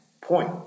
point